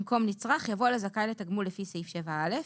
במקום "נצרך" יבוא "זכאי לתגמולים לפי סעיף 7(א)",